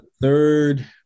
third